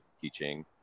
teaching